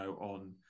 on